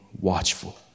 watchful